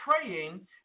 praying